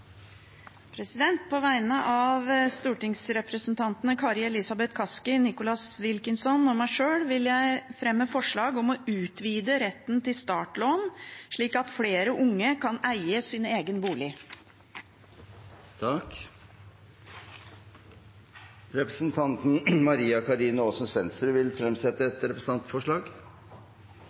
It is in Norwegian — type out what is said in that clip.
representantforslag. På vegne av stortingsrepresentantene Kari Elisabeth Kaski, Nicholas Wilkinson og meg sjøl vil jeg fremme forslag om å utvide retten til startlån slik at flere unge kan eie sin egen bolig. Representanten Maria-Karine Aasen-Svensrud vil fremsette et representantforslag.